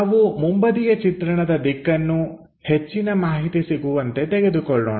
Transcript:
ನಾವು ಮುಂಬದಿಯ ಚಿತ್ರಣದ ದಿಕ್ಕನ್ನು ಹೆಚ್ಚಿನ ಮಾಹಿತಿ ಸಿಗುವಂತೆ ತೆಗೆದುಕೊಳ್ಳೋಣ